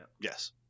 Yes